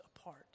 apart